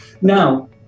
Now